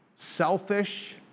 selfish